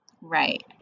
right